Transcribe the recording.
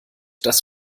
das